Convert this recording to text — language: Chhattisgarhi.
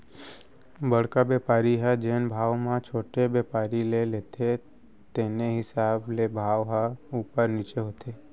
बड़का बेपारी ह जेन भाव म छोटे बेपारी ले लेथे तेने हिसाब ले भाव ह उपर नीचे होथे